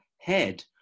head